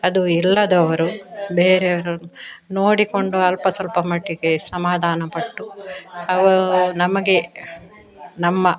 ಅದು ಇಲ್ಲದವರು ಬೇರೆ ನೋಡಿಕೊಂಡು ಅಲ್ಪ ಸ್ವಲ್ಪ ಮಟ್ಟಿಗೆ ಸಮಾಧಾನಪಟ್ಟು ಅವು ನಮಗೆ ನಮ್ಮ